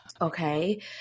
Okay